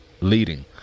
leading